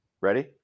ready